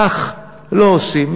כך לא עושים.